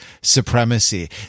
supremacy